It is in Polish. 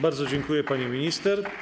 Bardzo dziękuję, pani minister.